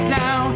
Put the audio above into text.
now